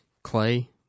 Clay